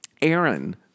Aaron